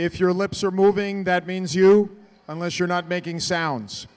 if your lips are moving that means you unless you're not making sounds